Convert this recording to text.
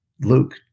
Luke